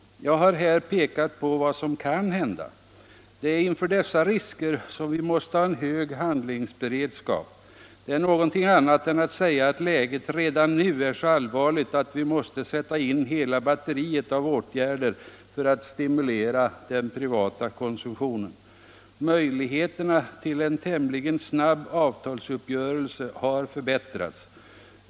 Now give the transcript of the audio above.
Jag har här pekat på vad som kan hända. Det är inför dessa risker som vi måste ha hög handlingsberedskap. Det är någonting annat än att säga att läget redan är så allvarligt, att vi nu måste sätta in hela batteriet av åtgärder för att stimulera den privata konsumtionen. Möjligheterna till en tämligen snabb avtalsuppgörelse har förbättrats.